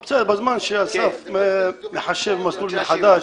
בסדר, בזמן שאסף מחשב מסלול מחדש.